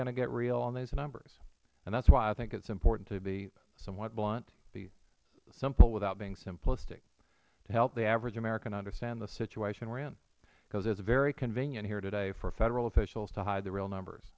going to get real on these numbers and that is why i think it is important to be somewhat blunt be simple without being simplistic to help the average american understand the situation we are in because it is very convenient here today for federal officials to hide the real numbers